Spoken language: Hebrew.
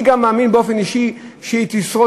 אני גם מאמין באופן אישי שהיא תשרוד,